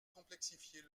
complexifier